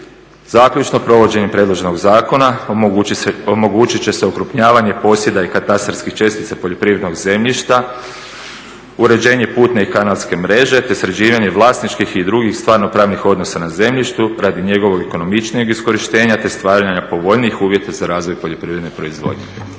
Zaključno, provođenje predloženog zakona omogućit će se okrupnjavanje posjeda i katastarskih čestica poljoprivrednog zemljišta, uređenje putne i kanalske mreže te sređivanje vlasničkih i drugih stvarno-pravnih odnosa na zemljištu radi njegovog ekonomičnije korištenja te stvaranja povoljnijih uvjeta za razvoj poljoprivredne proizvodnje.